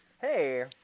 Hey